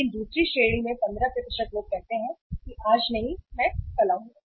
लेकिन दूसरी श्रेणी में 15 लोग कहते हैं कि आज नहीं मैं कल आऊंगा